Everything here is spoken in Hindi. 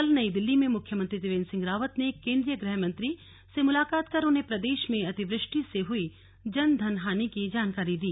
कल नई दिल्ली में मुख्यमंत्री त्रिवेन्द्र सिंह रावत ने केंद्रीय गृह मंत्री से मुलाकात कर उन्हें प्रदेश में अतिवृष्टि से हुई जन धन हानि की जानकारी दी